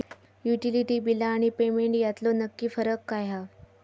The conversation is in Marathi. युटिलिटी बिला आणि पेमेंट यातलो नक्की फरक काय हा?